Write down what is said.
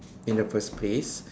in the first place